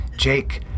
Jake